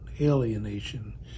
Alienation